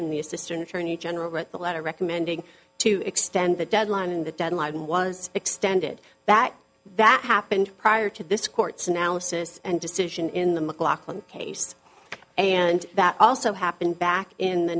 attorney general that the letter recommending to extend the deadline in that deadline was extended that that happened prior to this court's analysis and decision in the mclachlan case and that also happened back in the